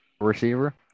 Receiver